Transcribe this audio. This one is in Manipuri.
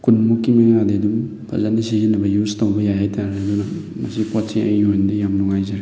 ꯀꯨꯟꯃꯨꯛꯀꯤ ꯃꯌꯥꯗꯤ ꯑꯗꯨꯝ ꯐꯖꯅ ꯁꯤꯖꯤꯟꯅꯕ ꯌꯨꯖ ꯇꯧꯕ ꯌꯥꯏ ꯍꯥꯏꯇꯥꯔꯦ ꯑꯗꯨꯅ ꯃꯁꯤ ꯄꯣꯠꯁꯤ ꯑꯩꯒꯤ ꯑꯣꯏꯅꯗꯤ ꯌꯥꯝ ꯅꯨꯡꯉꯥꯏꯖꯔꯦ